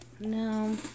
No